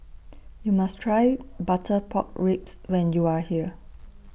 YOU must Try Butter Pork Ribs when YOU Are here